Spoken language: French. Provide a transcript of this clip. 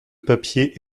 papier